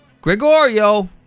Gregorio